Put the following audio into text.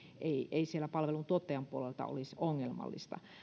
ei palveluntuottajan puolelta olisi ongelmallista